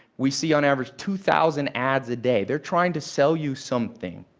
we see on average two thousand ads a day. they're trying to sell you something.